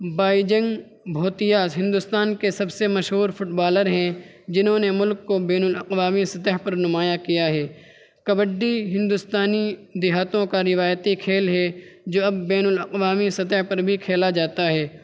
Beijing Bhutia Hindustan کے سب سے مشہور فٹبالر ہیں جنھوں نے ملک کو بین الاقوامی سطح پر نمایاں کیا ہے کبڈی ہندوستانی دیہاتوں کا روایتی کھیل ہے جو اب بین الاقوامی سطح پر بھی کھیلا جاتا ہے